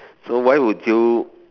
so why would you